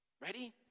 Ready